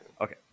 Okay